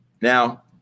Now